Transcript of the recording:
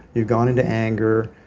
you've gone into anger.